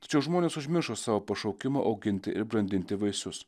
tačiau žmonės užmiršo savo pašaukimą auginti ir brandinti vaisius